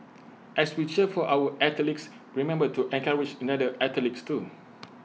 as we cheer for our athletes remember to encourage other athletes too